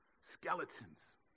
skeletons